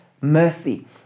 mercy